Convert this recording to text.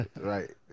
Right